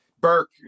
Burke